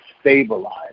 stabilize